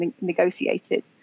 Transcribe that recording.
negotiated